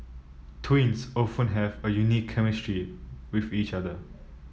twins often have a unique chemistry with each other